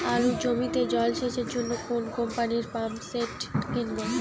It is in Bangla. আলুর জমিতে জল সেচের জন্য কোন কোম্পানির পাম্পসেট কিনব?